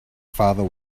father